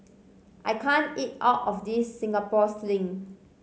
I can't eat all of this Singapore Sling